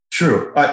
True